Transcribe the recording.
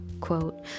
Quote